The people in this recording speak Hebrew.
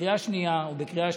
בקריאה שנייה ובקריאה שלישית.